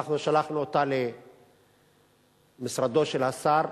אנחנו שלחנו אותה למשרדו של השר.